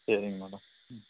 சரிங்க மேடம் ம்